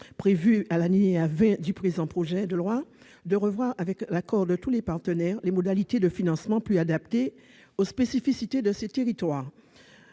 prévus à l'alinéa 20 de l'article 7, de revoir, avec l'accord de tous les partenaires, des modalités de financements plus adaptées aux spécificités de ces territoires.